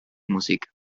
musik